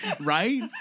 right